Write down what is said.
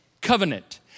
covenant